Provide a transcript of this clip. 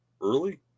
early